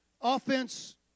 Offense